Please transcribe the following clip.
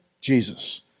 Jesus